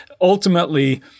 ultimately—